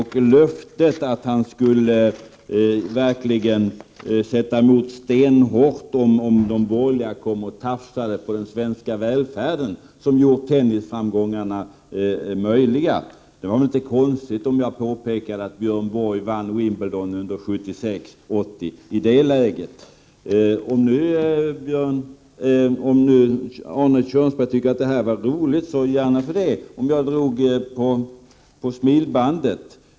Han lovade att han verkligen skulle sätta emot stenhårt om de borgerliga tafsade på den svenska välfärden, som gjort tennisframgångarna möjliga. Det var väl inte konstigt då om jag påpekade att Björn Borg vann Wimbledon under åren 1976—1980. Arne Kjörnsberg drar på smilbandet, och gärna det.